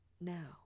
now